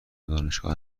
دانشگاه